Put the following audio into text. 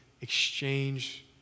exchange